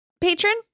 patron